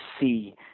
see